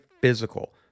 physical